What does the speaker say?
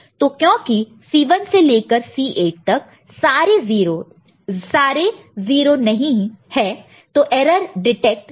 तो क्योंकि C1 से लेकर C8 तक सारे 0 नहीं है तो एरर डिटेक्ट होगा